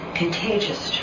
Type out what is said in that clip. contagious